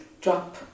drop